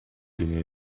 been